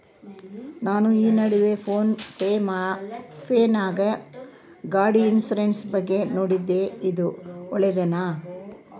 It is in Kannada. ನಾನು ಈ ನಡುವೆ ಫೋನ್ ಪೇ ನಾಗ ಗಾಡಿ ಇನ್ಸುರೆನ್ಸ್ ಬಗ್ಗೆ ನೋಡಿದ್ದೇ ಇದು ಒಳ್ಳೇದೇನಾ?